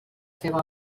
seva